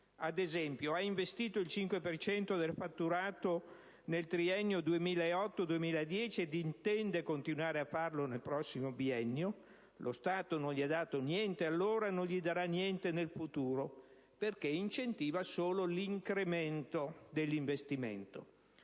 Ad esempio, ha investito il 5 per cento del fatturato nel triennio 2008-2010 e intende continuare a farlo nel prossimo biennio? Lo Stato non le ha dato niente allora e non le darà niente nel futuro, perché incentiva solo l'incremento dell'investimento.